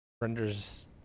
renders